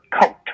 coat